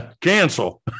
Cancel